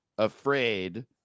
afraid